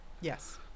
Yes